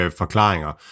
forklaringer